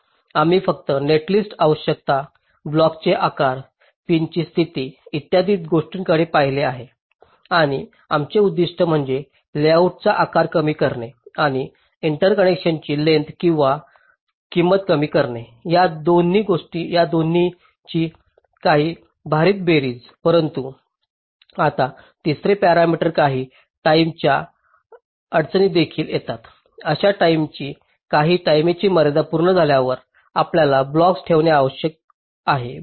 आम्ही फक्त नेटलिस्टची आवश्यकता ब्लॉक्सचे आकार पिनची स्थिती इत्यादी गोष्टींकडे पाहिले आणि आमचे उद्दीष्ट म्हणजे लेआउटचा आकार कमी करणे आणि इंटरकनेक्शनची लेंग्थस किंवा किंमत कमी करणे त्या दोघांची काही भारित बेरीज परंतु आता तिसरे पॅरामीटर काही टाईमेच्या अडचणी देखील येतात अशा टाईमी काही टाईमेची मर्यादा पूर्ण झाल्यावर आपल्याला ब्लॉक्स ठेवणे आवश्यक आहे